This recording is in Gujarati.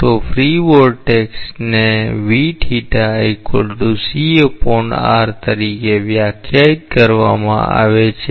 તો ફ્રી વોર્ટેક્સ ને તરીકે વ્યાખ્યાયિત કરવામાં આવે છે